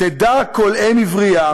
תדע כל אם עברייה